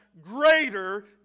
greater